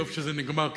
טוב שזה נגמר,